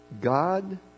God